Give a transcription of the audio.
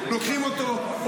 לוקחים אותו,